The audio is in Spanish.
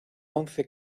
once